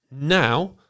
Now